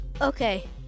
Okay